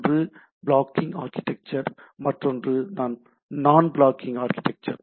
ஒன்று blocking architecture மற்றொன்று non blocking architecture